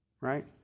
Right